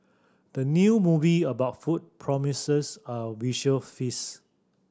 the new movie about food promises a visual feast